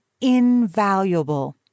invaluable